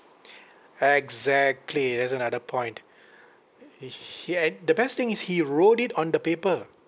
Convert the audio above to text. exactly that's another point h~ he had the best thing is he wrote it on the paper